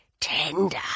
tender